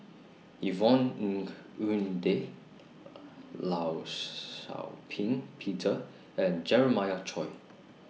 Yvonne Ng Uhde law Shau Ping Peter and Jeremiah Choy